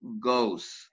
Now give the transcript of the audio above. goes